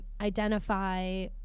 identify